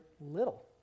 little